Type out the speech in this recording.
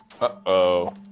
Uh-oh